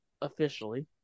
officially